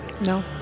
No